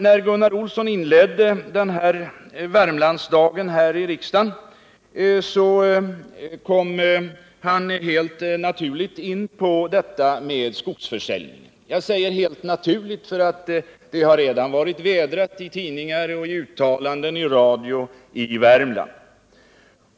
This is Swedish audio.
När Gunnar Olsson inledde den här Värmlandsdagen i riksdagen kom han helt naturligt in på skogsförsäljningen. Jag säger helt naturligt eftersom frågan redan vädrats i tidningar, i uttalanden i radio och i Värmland.